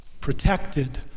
Protected